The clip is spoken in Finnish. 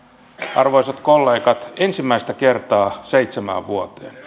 arvoisat kollegat ensimmäistä kertaa seitsemään vuoteen